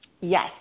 Yes